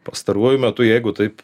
pastaruoju metu jeigu taip